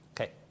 Okay